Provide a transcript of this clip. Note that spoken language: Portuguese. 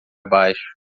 baixo